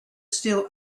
still